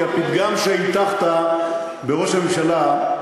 כי הפתגם שהטחת בראש הממשלה,